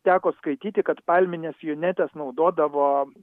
teko skaityti kad palmines junetes naudodavo